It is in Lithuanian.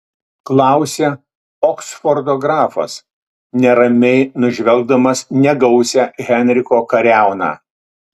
klausia oksfordo grafas neramiai nužvelgdamas negausią henriko kariauną